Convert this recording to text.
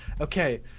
Okay